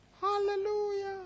Hallelujah